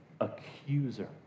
accuser